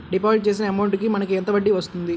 Deposit చేసిన amount కి మనకి ఎంత వడ్డీ వస్తుంది?